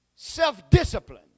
Self-discipline